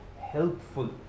helpful